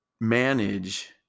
Manage